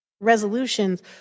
resolutions